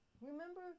remember